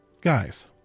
Guys